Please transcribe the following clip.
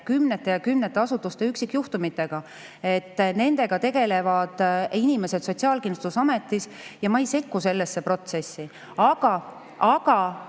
kümnete ja kümnete asutuste üksikjuhtumitega. Nendega tegelevad inimesed Sotsiaalkindlustusametis ja ma ei sekku sellesse protsessi. Aga nagu